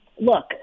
look